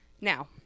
now